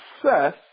Success